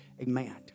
Amen